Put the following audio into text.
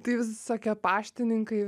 tai visokie paštininkai